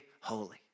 holy